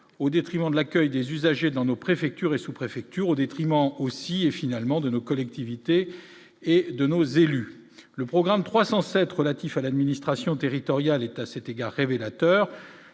au détriment de l'accueil des usagers dans nos préfectures et sous-préfectures au détriment aussi et finalement de nos collectivités et de nos élus, le programme 307 relatif à l'administration territoriale est à cet égard révélateur,